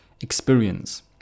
experience